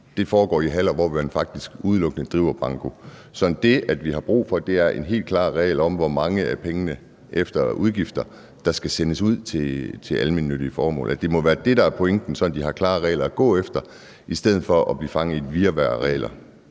foregår i haller, hvor man faktisk udelukkende driver bankospil? Så det, vi har brug for, er en helt klar regel om, hvor mange af pengene efter udgifter der skal sendes ud til almennyttige formål. Det må være det, der er pointen, så de har klare regler at gå efter i stedet for at blive fanget i et virvar af regler.